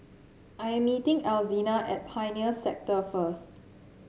I am meeting Alzina at Pioneer Sector first